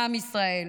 מעם ישראל.